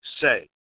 say